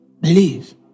believe